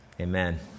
amen